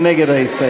מי נגד ההסתייגות?